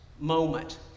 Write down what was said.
moment